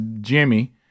Jimmy